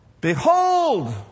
Behold